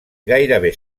gairebé